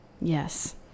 yes